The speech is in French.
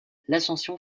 l’ascension